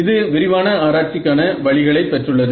இது விரிவான ஆராய்ச்சிக்கான வழிகளை பெற்றுள்ளது